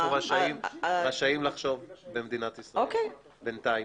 אנו רשאים לחשוב במדינת ישראל בינתיים,